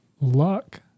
luck